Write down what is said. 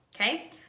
okay